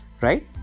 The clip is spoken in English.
right